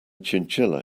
chinchilla